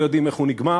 לא יודעים איך הוא נגמר.